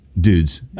dudes